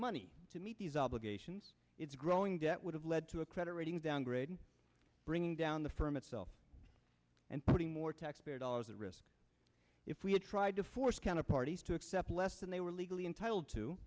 money to meet these obligations its growing debt would have led to a credit rating downgrade bringing down the firm itself and putting more taxpayer dollars at risk if we had tried to force kind of parties to accept less than they were legally entitled to